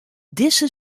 dizze